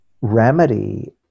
remedy